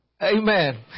Amen